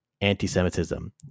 anti-Semitism